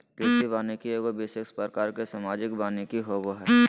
कृषि वानिकी एगो विशेष प्रकार के सामाजिक वानिकी होबो हइ